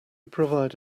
provide